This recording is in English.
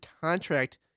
contract